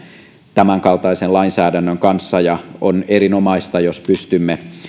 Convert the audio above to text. tämänkaltaisen lainsäädännön kanssa ja on erinomaista jos pystymme